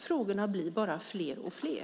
Frågorna blir bara fler och fler.